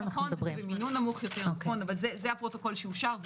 זה הפרוטוקול שאושר,